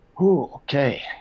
Okay